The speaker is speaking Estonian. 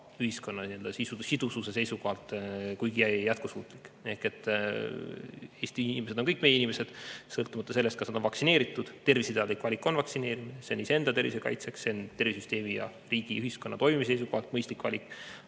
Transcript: ühiskonna sidususe seisukohalt kuigi jätkusuutlik. Eesti inimesed on kõik meie inimesed, sõltumata sellest, kas nad on vaktsineeritud. Terviseteadlik valik on lasta end vaktsineerida. See on iseenda tervise kaitseks, see on tervishoiusüsteemi, riigi ja ühiskonna toimimise seisukohalt mõistlik valik.